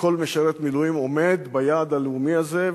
וכל משרת מילואים עומד ביעד הלאומי הזה,